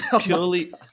purely